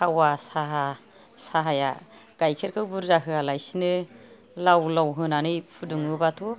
थावा साहा साहाया गाइखेरखौ बुरजा होआलासिनो लाव लाव होनानै फुदुङोबाथ